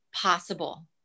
possible